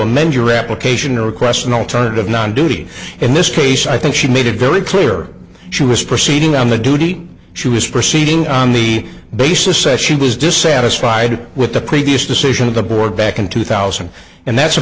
amend your application or question alternative non doing in this case i think she made it very clear she was proceeding on the due date she was proceeding on the basis session was dissatisfied with the previous decision of the board back in two thousand and that's